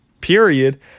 period